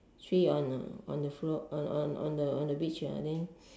three on the one the floor on on on on the beach ya then